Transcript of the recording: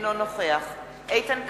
אינו נוכח איתן כבל,